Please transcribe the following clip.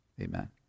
Amen